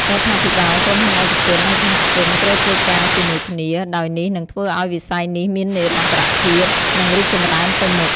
រដ្ឋាភិបាល ក្រុមហ៊ុនឯកជននិងសហគមន៍ត្រូវធ្វើការជាមួយគ្នា ដោយនេះនឹងធ្វើឲ្យវិស័យនេះមាននិរន្តរភាពនិងរីកចម្រើនទៅមុខ។